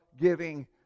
giving